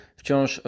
wciąż